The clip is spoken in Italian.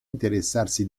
interessarsi